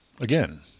again